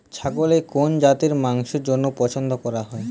ছাগলের কোন জাতের মাংসের জন্য পছন্দ করা হয়?